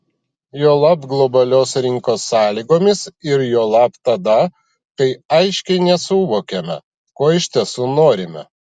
juolab globalios rinkos sąlygomis ir juolab tada kai aiškiai nesuvokiame ko iš tiesų norime